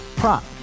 prop